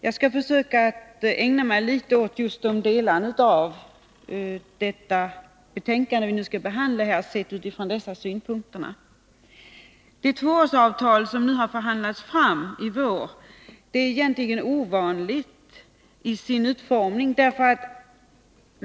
Jag skall försöka se på de frågor som behandlas i detta betänkande utifrån dessa synpunkter. Det tvåårsavtal som i vår har förhandlats fram är ovanligt i sin utformning.